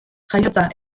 jaiotza